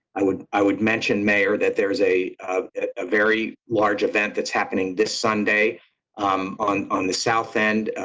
i would i would mention mayor that there's a um ah very large event that's happening this sunday um on on the south end,